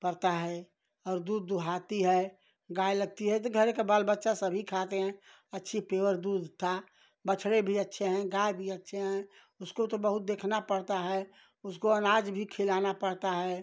परता है और दूध दुहाती है गाय लगती है तो घरे के बाल बच्चा सभी खाते हैं अच्छी पेवर दूध था बछड़े भी अच्छे हैं गाय भी अच्छे हैं उसको तो बहुत देखना पड़ता है उसको अनाज भी खिलाना पड़ता है